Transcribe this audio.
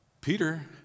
Peter